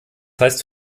heißt